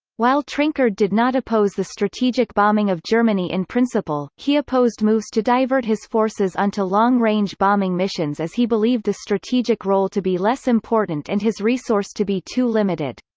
while trenchard did not oppose the strategic bombing of germany in principle, he opposed moves to divert his forces on to long-range bombing missions as he believed the strategic role to be less important and his resource to be too limited.